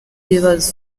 ibibazo